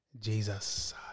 Jesus